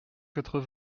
quatre